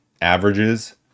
averages